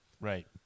Right